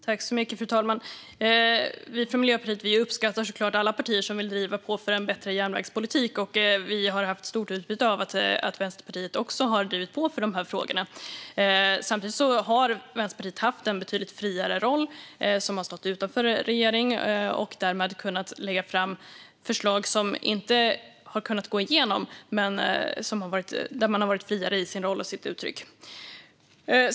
Fru talman! Vi från Miljöpartiet uppskattar såklart alla partier som vill driva på för en bättre järnvägspolitik. Vi har haft stort utbyte av att Vänsterpartiet drivit på i de här frågorna. Samtidigt har Vänsterpartiet haft en betydligt friare roll i och med att partiet stått utanför regeringen. Det har därmed kunnat lägga fram förslag som inte kunnat gå igenom, men där man varit friare i sin roll och sitt uttryck.